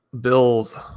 bills